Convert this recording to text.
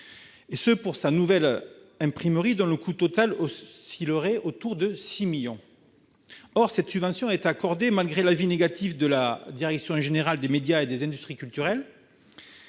Libre pour sa nouvelle imprimerie, dont le coût total oscillerait autour de 6 millions d'euros. Or cette subvention aurait été accordée malgré l'avis négatif de la direction générale des médias et des industries culturelles,